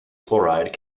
chloride